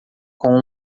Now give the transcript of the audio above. com